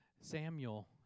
Samuel